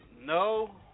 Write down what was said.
No